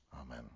amen